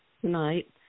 tonight